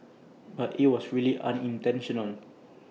but IT was really unintentional